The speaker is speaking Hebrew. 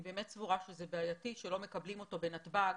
אני באמת סבורה שזה בעייתי שלא מקבלים את הכסף בנתב"ג.